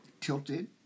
tilted